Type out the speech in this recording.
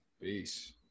Peace